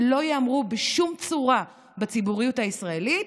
שלא ייאמרו בשום צורה בציבוריות הישראלית,